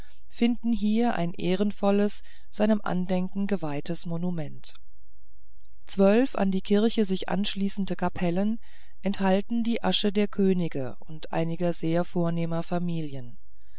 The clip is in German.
finden hier ein ehrenvolles seinem andenken geweihtes monument zwölf an die kirche sich anschließende kapellen enthalten die asche der könige und einiger sehr vornehmer familien